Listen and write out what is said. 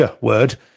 word